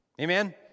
Amen